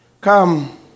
Come